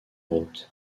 roth